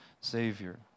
Savior